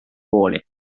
kooli